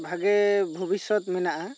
ᱵᱷᱟᱜᱮ ᱵᱷᱩᱵᱤᱥᱚᱛ ᱢᱮᱱᱟᱜ ᱟ